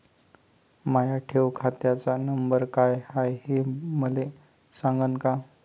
माया ठेव खात्याचा नंबर काय हाय हे मले सांगान का?